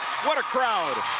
what a crowd.